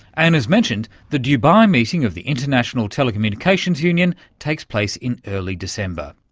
and, as mentioned, the dubai meeting of the international telecommunications union takes place in early december.